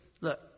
look